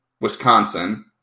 Wisconsin